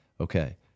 okay